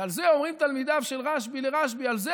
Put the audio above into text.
ועל זה אומרים תלמידיו של רשב"י לרשב"י: על זה